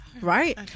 right